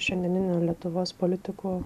šiandieninių lietuvos politikų